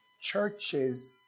churches